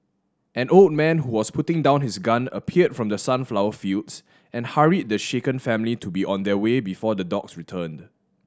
an old man who was putting down his gun appeared from the sunflower fields and hurried the shaken family to be on their way before the dogs returned